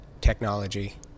technology